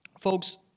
folks